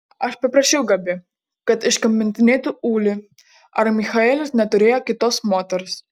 aš paprašiau gabi kad iškamantinėtų ulį ar michaelis neturėjo kitos moters